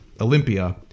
Olympia